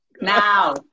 Now